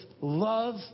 love